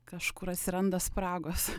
kažkur atsiranda spragos